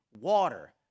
water